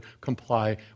comply